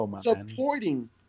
supporting